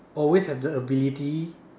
always have the ability